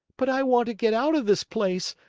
but i want to get out of this place.